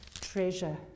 treasure